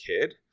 kid